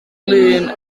lŷn